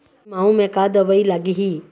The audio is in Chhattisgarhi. लिमाऊ मे का दवई लागिही?